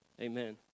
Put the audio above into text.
Amen